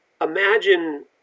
imagine